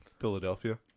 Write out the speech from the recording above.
Philadelphia